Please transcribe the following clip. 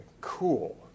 cool